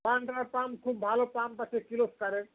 wonder pump খুব ভালো pump আছে কিলোস্কারের